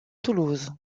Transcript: toulouse